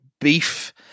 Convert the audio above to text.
beef